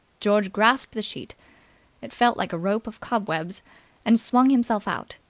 george grasped the sheet it felt like a rope of cobwebs and swung himself out.